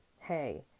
hey